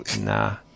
Nah